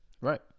Right